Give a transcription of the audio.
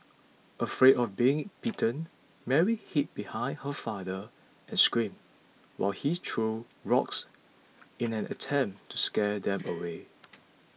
afraid of being bitten Mary hid behind her father and screamed while he threw rocks in an attempt to scare them away